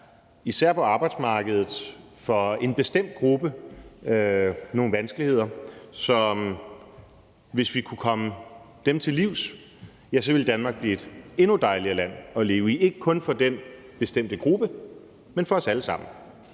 især på arbejdsmarkedet, for en bestemt gruppe nogle vanskeligheder, og hvis vi kunne komme de vanskeligheder til livs, ville Danmark blive et endnu dejligere land at leve i – ikke kun for den bestemte gruppe, men for os alle sammen.